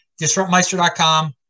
DisruptMeister.com